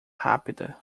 rápida